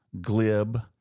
glib